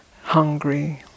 hungry